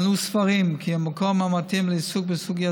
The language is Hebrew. אנו סבורים כי המקום המתאים לעיסוק בסוגיה